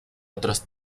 otros